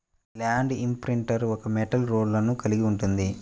land imprinter ఒక metal రోలర్ను కలిగి ఉంటుంది